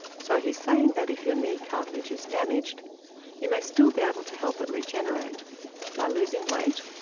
so he's saying that if your knee cartilage is damaged you may still be able to help it regenerate by losing weight,